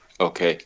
okay